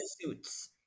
suits